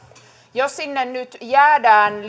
jos sinne nyt jäädään